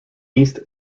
east